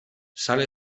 sale